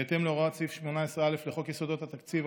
בהתאם להוראת סעיף 18(א) לחוק יסודות התקציב,